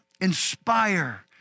inspire